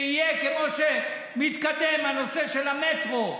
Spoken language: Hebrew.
שיהיה כמו שמתקדם הנושא של המטרו,